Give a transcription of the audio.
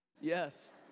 Yes